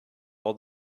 all